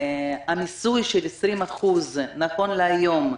המיסוי של 20% נכון להיום,